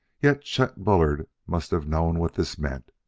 yet chet bullard must have known what this meant.